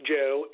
Joe